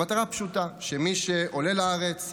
המטרה פשוטה: מי שעולה לארץ,